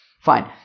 Fine